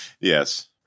Yes